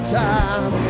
time